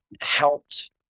helped